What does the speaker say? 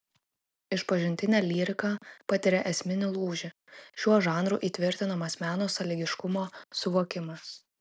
išpažintinė lyrika patiria esminį lūžį šiuo žanru įtvirtinamas meno sąlygiškumo suvokimas